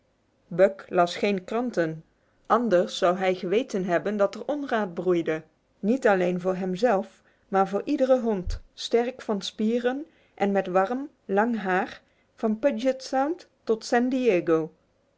buck las geen kranten anders zou hij geweten hebben dat er onraad broeide niet alleen voor hem zelf maar voor iedere hond sterk van spieren en met warm lang haar van puget sound tot san